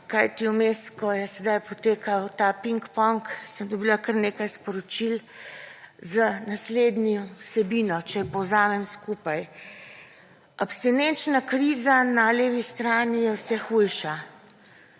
kajti vmes, ko je sedaj potekal ta pingpong, sem dobila kar nekaj sporočil z naslednjo vsebino. Če povzamem skupaj: »Abstinenčna kriza na levi strani je vse hujša.